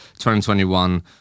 2021